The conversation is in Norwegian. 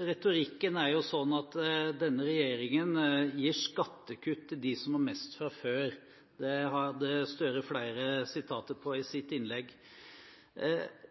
Retorikken er sånn at denne regjeringen gir skattekutt til dem som har mest fra før. Det hadde Gahr Støre flere sitater om i